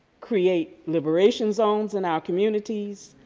create liberation zones in our communities,